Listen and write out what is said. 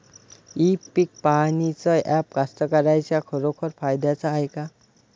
इ पीक पहानीचं ॲप कास्तकाराइच्या खरोखर फायद्याचं हाये का?